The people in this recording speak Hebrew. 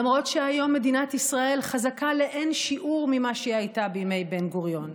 למרות שהיום מדינת ישראל חזקה לאין-שיעור ממה שהייתה בימי בן-גוריון,